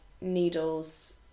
needles